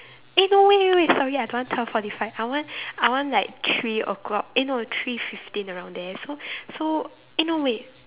eh no wait wait wait sorry I don't want twelve forty five I want I want like three o-clock eh no three fifteen around there so so eh no wait